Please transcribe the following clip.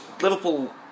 Liverpool